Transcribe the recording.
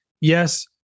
yes